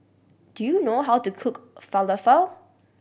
do you know how to cook Falafel